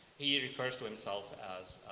he refers to himself as